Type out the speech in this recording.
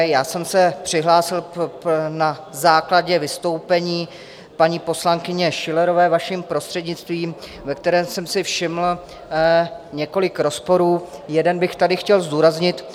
Já jsem se přihlásil na základě vystoupení paní poslankyně Schillerové, vaším prostřednictvím, ve kterém jsem si všiml několik rozporů, jeden bych tady chtěl zdůraznit.